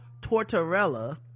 Tortorella